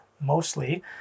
mostly